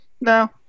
no